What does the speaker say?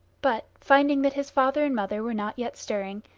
but, finding that his father and mother were not yet stirring,